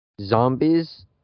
Zombies